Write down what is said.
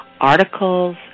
articles